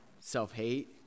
self-hate